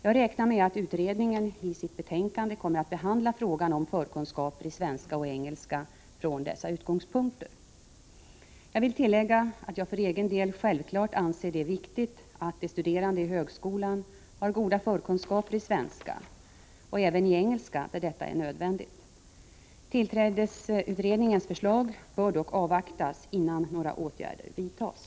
Jag räknar med att utredningen i sitt betänkande kommer att behandla frågan om förkunskaper i svenska och engelska från dessa utgångspunkter. Jag vill tillägga att jag för egen del självfallet anser det viktigt att de studerande i högskolan har goda förkunskaper i svenska samt även i engelska där detta är nödvändigt. Tillträdesutredningens förslag bör dock avvaktas, innan några åtgärder vidtas.